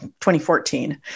2014